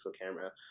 camera